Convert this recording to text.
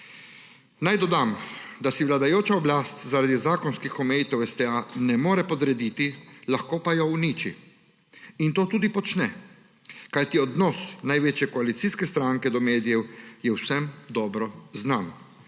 Naj dodam, da si vladajoča oblast zaradi zakonskih omejitev STA ne more podrediti, lahko pa jo uniči in to tudi počne, kajti odnos največje koalicijske stranke do medijev, je vsem **12.